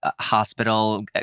hospital